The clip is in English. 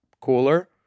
cooler